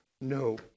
No